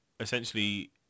Essentially